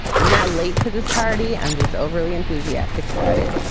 i'm not late to this party. i'm just overly enthusiastic about it.